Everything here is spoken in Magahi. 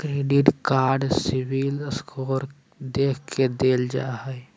क्रेडिट कार्ड सिविल स्कोर देख के देल जा हइ